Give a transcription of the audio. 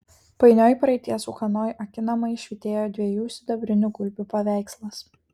painioj praeities ūkanoj akinamai švytėjo dviejų sidabrinių gulbių paveikslas